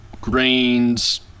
grains